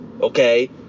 okay